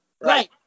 Right